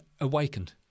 awakened